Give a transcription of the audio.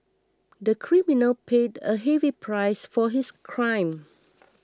the criminal paid a heavy price for his crime